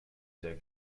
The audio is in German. der